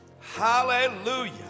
hallelujah